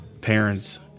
parents